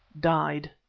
died.